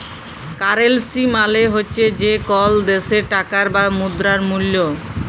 currency মালে হছে যে কল দ্যাশের টাকার বা মুদ্রার মূল্য